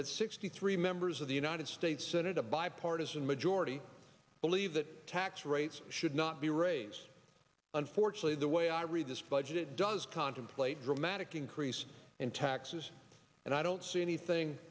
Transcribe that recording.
that sixty three members of the united states senate a bipartisan majority believe that tax rates should not be raised unfortunately the way i read this budget does contemplate dramatic increase in taxes and i don't see anything